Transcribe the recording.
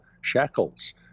shackles